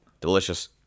delicious